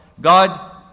God